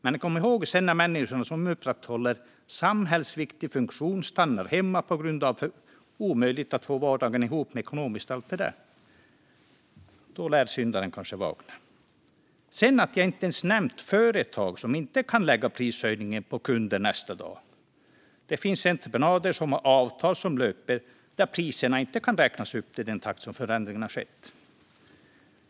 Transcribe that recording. Men kom sedan ihåg det när människor som upprätthåller samhällsviktig funktion stannar hemma på grund av att det är omöjligt att få vardagen att gå ihop ekonomiskt med allt detta. Då lär syndaren kanske vakna. Sedan har jag inte ens nämnt företag som inte kan lägga prishöjningen på kunder nästa dag. Det finns entreprenader som har avtal som löper där priserna inte kan räknas upp i den takt som förändringarna har skett.